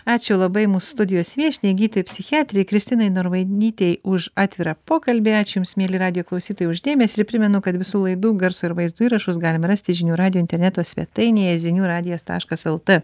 ačiū labai mūs studijos viešniai gydytojai psichiatrei kristinai norvainytei už atvirą pokalbį ačiū jums mieli radijo klausytojai už dėmesį ir primenu kad visų laidų garso ir vaizdo įrašus galima rasti žinių radijo interneto svetainėje zinių radijas taškas lt